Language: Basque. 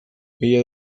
egia